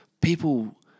People